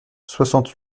soixante